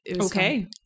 Okay